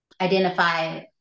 identify